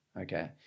okay